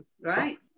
right